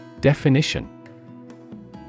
Definition